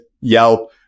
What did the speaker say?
Yelp